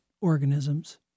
organisms